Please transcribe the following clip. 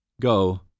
Go